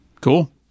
Cool